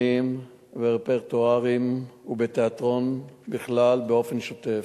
רפרטואריים ובתיאטרון בכלל באופן שוטף.